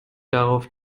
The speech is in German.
darauf